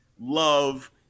love